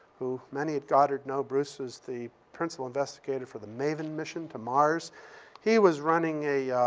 who many at goddard know bruce, who's the principal investigator for the maven mission to mars he was running a